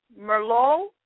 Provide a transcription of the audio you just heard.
Merlot